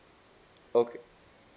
okay